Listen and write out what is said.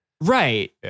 Right